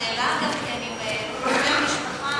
השאלה גם כן אם רופא המשפחה,